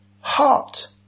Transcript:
heart